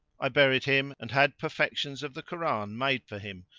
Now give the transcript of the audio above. i buried him and had perlections of the koran made for him,